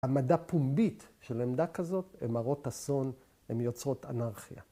העמדה פומבית של עמדה כזאת ‫היא הרות אסון, הן יוצרות אנרכיה.